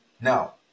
Now